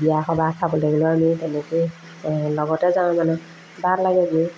বিয়া এই সবাহ খাবলৈ গ'লেও আমি তেনেকৈয়ে এই লগতে যাওঁ মানে ভাল লাগে গৈ